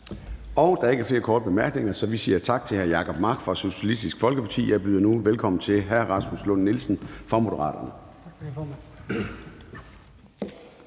Der er ikke flere korte bemærkninger, så vi siger tak til hr. Jacob Mark fra Socialistisk Folkeparti. Jeg byder nu velkommen til hr. Rasmus Lund-Nielsen fra Moderaterne.